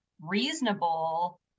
reasonable